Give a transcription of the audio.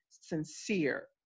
sincere